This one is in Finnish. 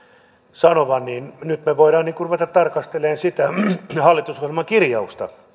sanovan nyt me voimme ruveta tarkastelemaan sitä hallitusohjelman kirjausta